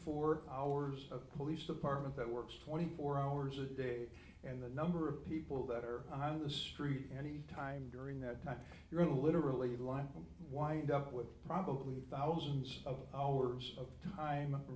four hours a police department that works twenty four hours a day and the number of people that are on the street any time during that time you're literally like a wind up with probably thousands of hours of time